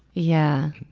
yeah.